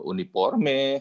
Uniforme